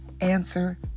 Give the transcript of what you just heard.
Answer